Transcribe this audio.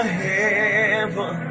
heaven